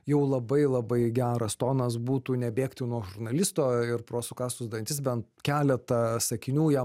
jau labai labai geras tonas būtų nebėgti nuo žurnalisto ir pro sukąstus dantis bent keletą sakinių jam